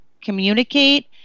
communicate